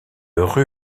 rue